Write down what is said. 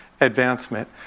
advancement